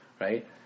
Right